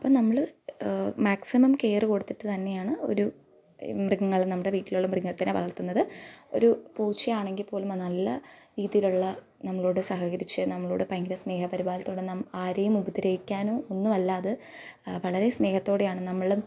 അപ്പോൾ നമ്മൾ maximum care കൊടുത്തിട്ട് തന്നെയാണ് ഒരു മൃഗങ്ങൾ നമ്മുടെ വീട്ടിലുള്ള മൃഗത്തിനെ വളർത്തുന്നത് ഒരു പൂച്ചയാണെങ്കിൽ പോലും അത് നല്ല രീതിയിലുള്ള നമ്മളോട് സഹകരിച്ച് നമ്മളോട് ഭയങ്കര സ്നേഹപരിപാലനത്തോടെ നം ആരെയും ഉപദ്രവിക്കാനോ ഒന്നും അല്ലാത് വളരെ സ്നേഹത്തോടെയാണ് നമ്മളും